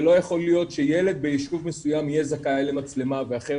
ולא יכול להיות שילד בישוב מסוים יהיה זכאי למצלמה ואחר